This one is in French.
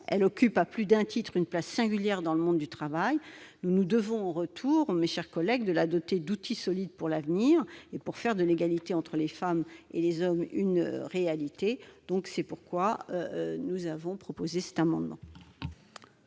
elle occupe à plus d'un titre une place singulière dans le monde du travail. Nous nous devons en retour, mes chers collègues, de la doter d'outils solides pour l'avenir, afin de faire de l'égalité entre les femmes et les hommes une réalité. L'amendement